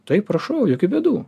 tai prašau jokių bėdų